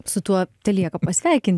su tuo telieka pasveikin